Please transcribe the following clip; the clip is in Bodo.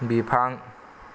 बिफां